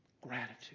Gratitude